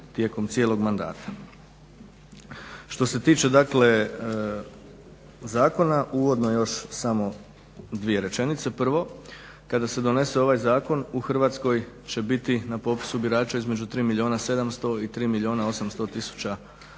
tijekom cijelog mandata. Što se tiče dakle zakona uvodno još samo dvije rečenice. Prvo, kada se donese ovaj zakon u Hrvatskoj će biti na popisu birača između 3 milijuna 700 i 3 milijuna i 800 tisuća